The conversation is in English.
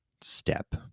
step